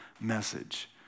message